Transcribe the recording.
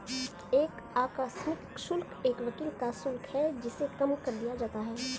एक आकस्मिक शुल्क एक वकील का शुल्क है जिसे कम कर दिया जाता है